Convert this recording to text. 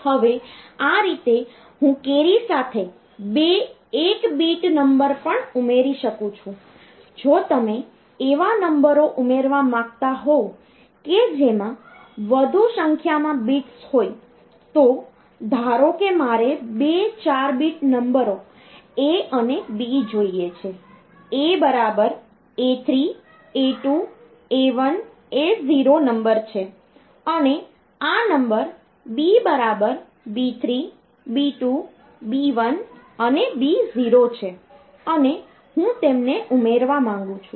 હવે આ રીતે હું કેરી સાથે બે 1 બીટ નંબર પણ ઉમેરી શકું છું જો તમે એવા નંબરો ઉમેરવા માંગતા હોવ કે જેમાં વધુ સંખ્યામાં બિટ્સ હોય તો ધારો કે મારે બે 4 બીટ નંબરો A અને B જોઈએ છે A A3 A2 A1 A0 number છે અને આ number B B3 B2 B1 B0 છે અને હું તેમને ઉમેરવા માંગુ છું